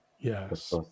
Yes